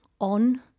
on